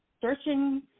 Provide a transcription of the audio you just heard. searching